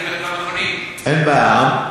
אין בעיה,